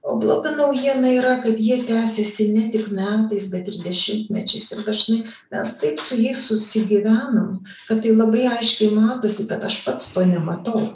o bloga naujiena yra kad jie tęsiasi net ir metais bet ir dešimtmečiais ir dažnai mes taip su jais susigyvenam kad tai labai aiškiai matosi bet aš pats to nematau